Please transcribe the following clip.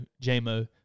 J-Mo